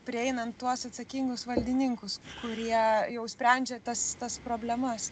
prieinant tuos atsakingus valdininkus kurie jau sprendžia tas tas problemas